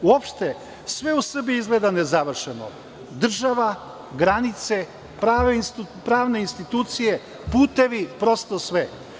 Uopšte, sve u Srbiji izgleda nezavršeno, država, granice, pravne institucije, putevi, prosto sve.